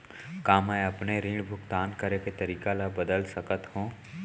का मैं अपने ऋण भुगतान करे के तारीक ल बदल सकत हो?